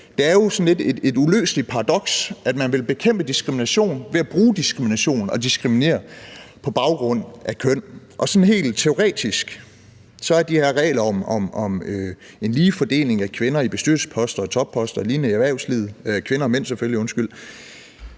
det er et uløseligt paradoks, at man vil bekæmpe diskrimination ved at bruge diskrimination og diskriminere på baggrund af køn, og helt teoretisk er de her regler om en lige fordeling af kvinder og mænd i bestyrelsesposter og topposter og lignende i erhvervslivet jo meningsløse, for